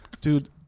dude